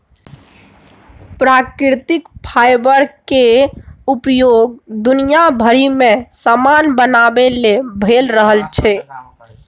प्राकृतिक फाईबर केर उपयोग दुनिया भरि मे समान बनाबे लेल भए रहल छै